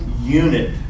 unit